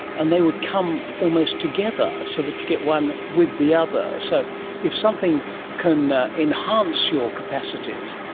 and they would come almost together so that you get one with the other. so if something can enhance your capacities,